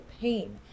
pain